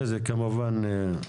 טלפון או מים.